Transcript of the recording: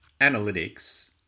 Analytics